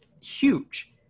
huge